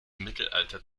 mittelalter